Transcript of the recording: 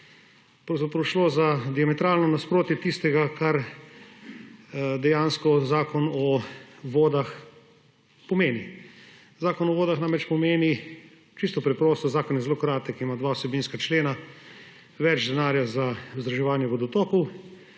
pravzaprav šlo za diametralno nasprotje tistega, kar dejansko Zakon o vodah pomeni. Zakon o vodah namreč pomeni ‒ čisto preprosto; zakon je zelo kratek, ima dva vsebinska člena, več denarja za vzdrževanje vodotokov